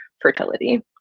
fertility